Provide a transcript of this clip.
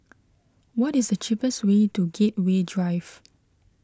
what is the cheapest way to Gateway Drive